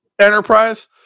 enterprise